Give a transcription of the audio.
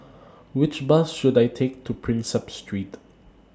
Which Bus should I Take to Prinsep Street